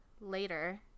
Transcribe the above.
Later